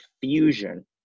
fusion